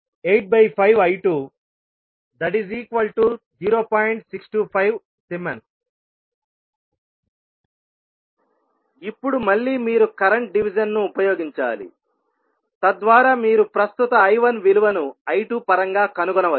625S ఇప్పుడు మళ్ళీ మీరు కరెంట్ డివిజన్ ను ఉపయోగించాలితద్వారా మీరు ప్రస్తుత I1 విలువను I2 పరంగా కనుగొనవచ్చు